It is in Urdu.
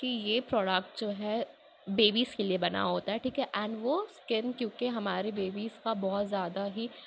کہ یہ پروڈکٹ جو ہے بیبیز کے لیے بنا ہوتا ہے ٹھیک اینڈ وہ اسکن کیوں کہ ہمارے بیبیز کا بہت زیادہ ہی